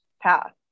path